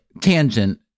tangent